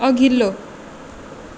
अघिल्लो